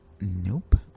Nope